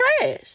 trash